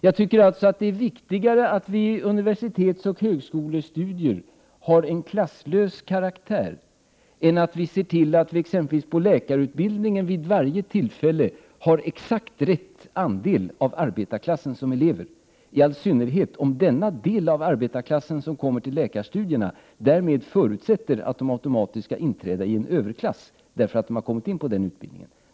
Jag tycker alltså att det är viktigare att universitetsoch högskolestudier har en klasslös karaktär än att vi ser till att det exempelvis när det gäller läkarutbildningen vid varje tillfälle finns exakt rätt andel elever från arbetarklassen, i all synnerhet om denna del av arbetarklassen förutsätter att de automatiskt skall inträda i en överklass därför att de kommit in på läkarutbildningen.